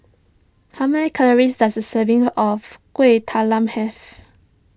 how many calories does a serving of Kueh Talam have